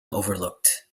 overlooked